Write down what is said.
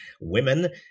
women